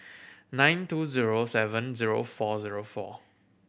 nine two zero seven zero four zero four